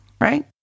right